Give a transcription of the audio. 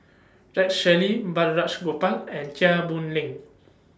Rex Shelley Balraj Gopal and Chia Boon Leong